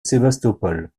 sébastopol